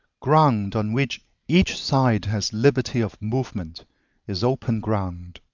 ground on which each side has liberty of movement is open ground.